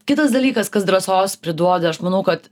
kitas dalykas kas drąsos priduoda aš manau kad